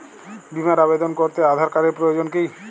বিমার আবেদন করতে আধার কার্ডের প্রয়োজন কি?